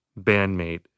bandmate